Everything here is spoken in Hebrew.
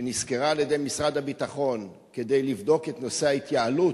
שנשכרה על-ידי משרד הביטחון כדי לבדוק את נושא ההתייעלות,